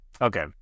Okay